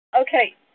Okay